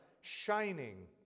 shining